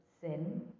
sin